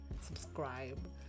subscribe